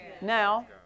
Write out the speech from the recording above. Now